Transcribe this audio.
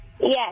Yes